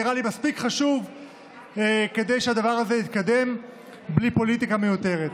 נראה לי מספיק חשוב כדי שהדבר הזה יתקדם בלי פוליטיקה מיותרת.